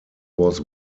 was